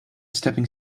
stepping